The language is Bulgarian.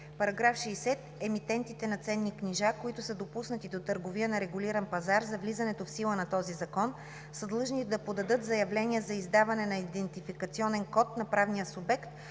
§ 60: „§ 60. Емитентите на ценни книжа, които са допуснати до търговия на регулиран пазар до влизането в сила на този закон, са длъжни да подадат заявления за издаване на идентификационен код на правния субект